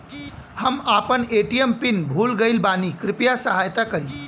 हम आपन ATM pin भूल गईल बानी कृपया सहायता करी